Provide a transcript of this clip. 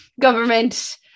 government